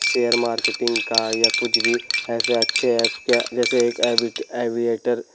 share marketing या कुछ भी ऐसे अच्छे हैसो क्या जैसे एक ऐभीट ऐभीएटर